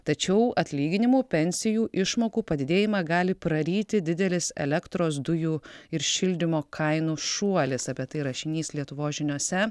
tačiau atlyginimų pensijų išmokų padidėjimą gali praryti didelis elektros dujų ir šildymo kainų šuolis apie tai rašinys lietuvos žiniose